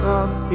up